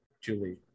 Julie